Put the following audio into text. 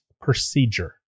procedure